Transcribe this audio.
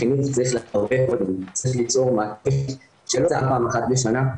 החינוך צריך ל --- צריך ליצור מעטפת לא של פעם אחת בשנה,